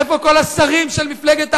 איפה כל השרים של מפלגת העבודה,